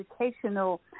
educational